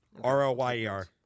R-O-Y-E-R